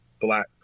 black